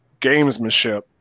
gamesmanship